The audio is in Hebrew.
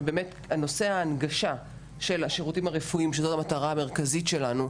נושא ההנגשה של השירותים הרפואיים שזו המטרה המרכזית שלנו,